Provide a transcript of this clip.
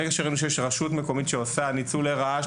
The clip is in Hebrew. ברגע שראינו שיש רשות מקומית שעושה ניצול לרעה של